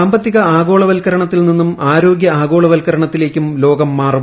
സാമ്പത്തിക ആഗോളവത്കരണത്തിൽ നിന്നും ആരോഗൃ ആഗോളവത്ക്കരണത്തിലേക്കും ലോകം മാറും